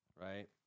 right